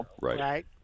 right